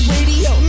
Radio